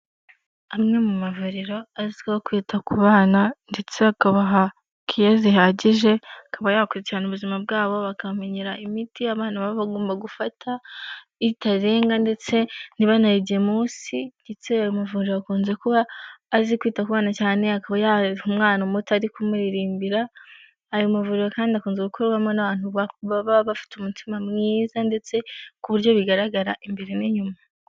Amwe mu mavuriro azwiho kwita ku bana ndetse bakabaha keya zihagije akaba yakurikirana ubuzima bwa bo bakamenyera imiti abana ba bagomba gufata, itarenga ndetse ntibanayige munsi, ndetse ayo mavuriro akunze kuba azi kwita kuana cyane akaba yarera umwana muto ari kumuririmbira, ayo mavuriro kandi akunze gukorwamo n'abantu baba bafite umutima mwiza ndetse ku buryo bigaragara imbere n'inyuma.